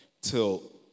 till